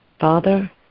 Father